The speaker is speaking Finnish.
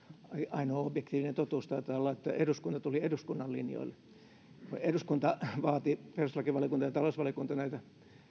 ainoa objektiivinen totuus taitaa olla että eduskunta tuli eduskunnan linjoille kun eduskunta vaati perustuslakivaliokunnalta ja talouslakivaliokunnalta näitä